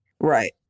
Right